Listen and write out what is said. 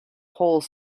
whole